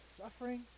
suffering